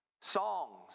songs